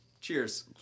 cheers